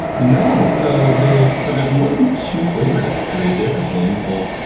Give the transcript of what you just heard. no, so there's so there's more than two flavors actually, there's a handful.